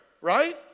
Right